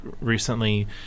recently